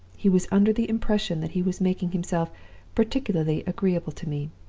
he was under the impression that he was making himself particularly agreeable to me.